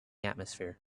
atmosphere